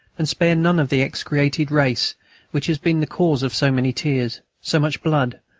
and spare none of the execrated race which has been the cause of so many tears, so much blood,